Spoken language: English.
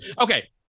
Okay